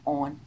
on